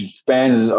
spans